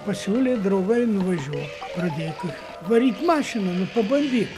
pasiūlė draugai nuvažiuot pradėti varyk mašiną nu pabandyk